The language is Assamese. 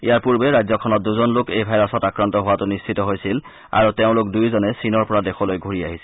ইয়াৰ পূৰ্বে ৰাজ্যখনত দূজন লোক এই ভাইৰাছত আক্ৰান্ত হোৱাটো নিশ্চিত হৈছিল আৰু তেওঁলোক দুয়োজনে চীনৰ পৰা দেশলৈ ঘূৰি আহিছিল